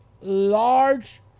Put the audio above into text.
large